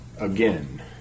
again